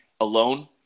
alone